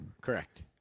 correct